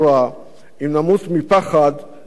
אם נמות מפחד לא נמות מרעב.